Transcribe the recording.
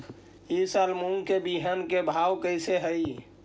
ई साल मूंग के बिहन के भाव कैसे हई?